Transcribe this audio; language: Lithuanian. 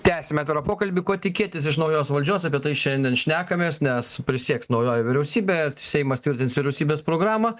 tęsiam atvirą pokalbį ko tikėtis iš naujos valdžios apie tai šiandien šnekamės nes prisieks naujoji vyriausybė seimas tvirtins vyriausybės programą